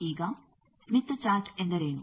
ಈಗ Smith chart ಎಂದರೇನು